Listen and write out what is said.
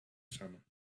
summer